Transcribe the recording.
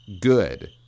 good